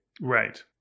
Right